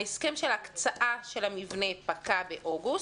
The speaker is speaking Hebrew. ההסכם של ההקצאה של המבנה פקע באוגוסט,